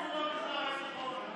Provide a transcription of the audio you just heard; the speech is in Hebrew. במזרח התיכון מתנהגים כמו במזרח התיכון.